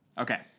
Okay